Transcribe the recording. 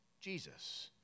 Jesus